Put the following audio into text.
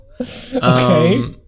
Okay